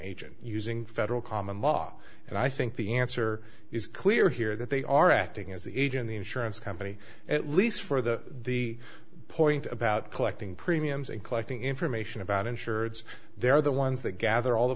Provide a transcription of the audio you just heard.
agent using federal common law and i think the answer is clear here that they are acting as the agent the insurance company at least for the the point about collecting premiums and collecting information about insureds they're the ones that gather all the